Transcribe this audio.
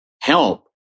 help